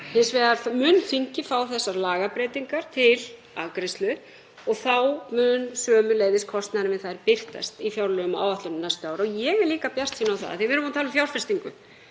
Hins vegar mun þingið fá þessar lagabreytingar til afgreiðslu og þá mun sömuleiðis kostnaðurinn við þær birtast í fjárlögum og áætlunum næstu ára. Ég er líka bjartsýn á það, af því við erum að tala um fjárfestingu,